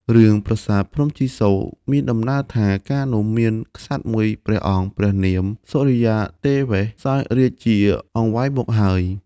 រឿង ប្រាសាទភ្នំជីសូរមានដំណាលថា កាលនោះ មានក្សត្រមួយព្រះអង្គ ព្រះនាមសុរិយាទេវេស សោយរាជ្យជាអង្វែងមកហើយ ។